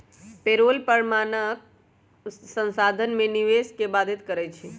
payroll कर मानव संसाधन में निवेश के बाधित करइ छै